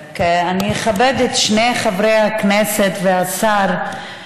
רק אני אכבד את שני חברי הכנסת והשר,